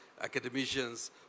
academicians